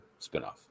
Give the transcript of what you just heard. spinoff